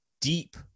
deep